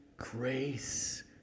Grace